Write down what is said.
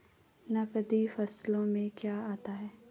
नकदी फसलों में क्या आता है?